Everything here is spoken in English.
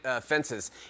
fences